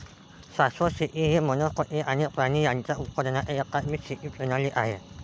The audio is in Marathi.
शाश्वत शेती ही वनस्पती आणि प्राणी यांच्या उत्पादनाची एकात्मिक शेती प्रणाली आहे